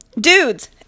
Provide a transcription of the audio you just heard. dudes